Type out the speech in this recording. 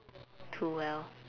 too well